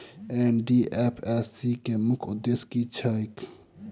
NDFSC केँ मुख्य उद्देश्य की छैक?